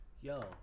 Yo